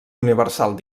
universal